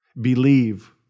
believe